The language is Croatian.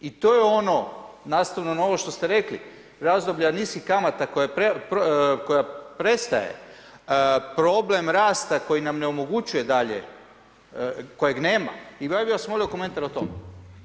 I to je ono nastavno na ovo što ste rekli, razdoblja niskih kamata koja prestaje, problem rasta koji nam ne omogućuje dalje, kojeg nema i ja bih vas molio komentar o tom.